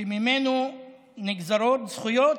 שממנה נגזרות זכויות,